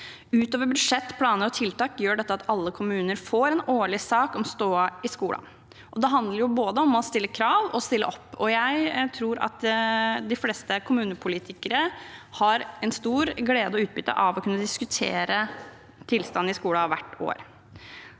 Utover budsjett, planer og tiltak gjør dette at alle kommuner får en årlig sak om stoda i skolen. Det handler både om å stille krav og om å stille opp, og jeg tror at de fleste kommunepolitikere har stor glede og stort utbytte av å kunne diskutere tilstanden i skolen hvert år.